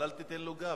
אבל אל תיתן לו גב,